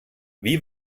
wie